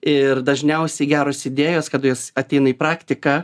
ir dažniausiai geros idėjos kada jos ateina į praktiką